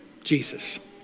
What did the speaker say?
Jesus